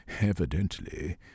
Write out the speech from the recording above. Evidently